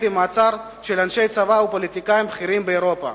עם מעצר של אנשי צבא ופוליטיקאים בכירים באירופה?